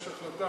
יש החלטה